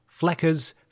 Fleckers